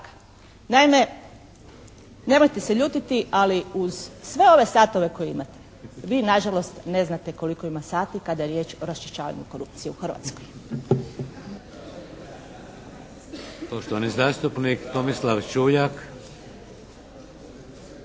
Naime, nemojte se ljutiti, ali uz sve ove satove koje imate vi nažalost ne znate koliko ima sati kada je riječ o raščišćavanju korupcije u Hrvatskoj.